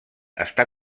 està